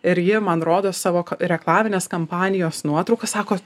ir jie man rodo savo reklaminės kampanijos nuotraukas sako